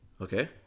Okay